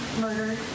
murder